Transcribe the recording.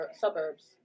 suburbs